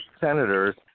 senators